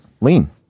lean